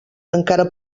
encara